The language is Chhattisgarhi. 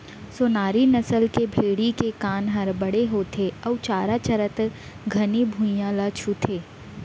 सोनारी नसल के भेड़ी के कान हर बड़े होथे अउ चारा चरत घनी भुइयां ल छूथे